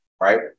right